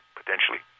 potentially